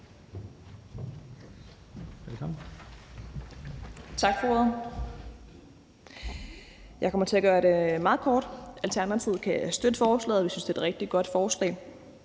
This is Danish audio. Tak for ordet. Jeg kommer til at gøre det meget kort. Alternativet kan støtte forslaget. Vi synes, det er et rigtig godt forslag.